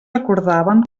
recordaven